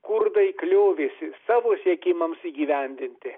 kurdai kliovėsi savo siekimams įgyvendinti